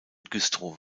güstrow